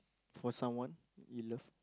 for someone you love